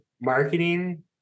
marketing